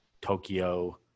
Tokyo